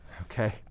Okay